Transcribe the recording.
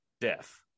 Death